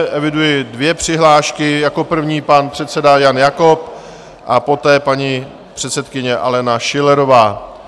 Eviduji dvě přihlášky, jako první pan předseda Jan Jakob a poté paní předsedkyně Alena Schillerová.